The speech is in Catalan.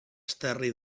esterri